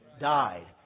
died